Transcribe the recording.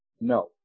No